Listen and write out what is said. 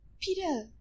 Peter